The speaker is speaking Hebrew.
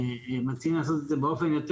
אנחנו מציעים לעשות את זה באופן יותר